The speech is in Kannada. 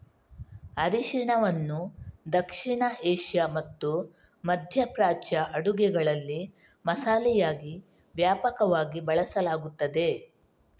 ಅರಿಶಿನವನ್ನು ದಕ್ಷಿಣ ಏಷ್ಯಾ ಮತ್ತು ಮಧ್ಯ ಪ್ರಾಚ್ಯ ಅಡುಗೆಗಳಲ್ಲಿ ಮಸಾಲೆಯಾಗಿ ವ್ಯಾಪಕವಾಗಿ ಬಳಸಲಾಗುತ್ತದೆ